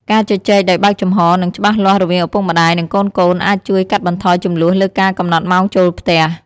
ការជជែកដោយបើកចំហរ និងច្បាស់លាស់រវាងឪពុកម្តាយ និងកូនៗអាចជួយកាត់បន្ថយជម្លោះលើការកំណត់ម៉ោងចូលផ្ទះ។